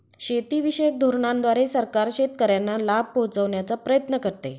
शेतीविषयक धोरणांद्वारे सरकार शेतकऱ्यांना लाभ पोहचवण्याचा प्रयत्न करते